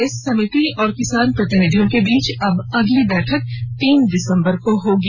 इस समिति और किसान प्रतिनिधियों के बीच अब अगली बैठक तीन दिसंबर को होगी